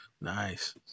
Nice